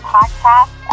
Podcast